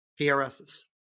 prs's